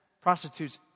prostitutes